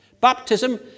Baptism